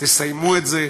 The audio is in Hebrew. תסיימו את זה,